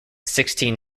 sixteen